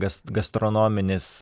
gas gastronominis